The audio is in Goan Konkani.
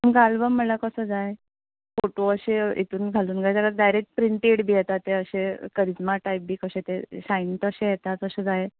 तुमकां आल्बम म्हणल्यार कसो जाय फोटो अशे हेतून घालून जाय काय डायरेक्ट प्रिंटेड बीन येता ते अशे करिझमा टायप बी कशे ते शायन तशे येता तशे जाय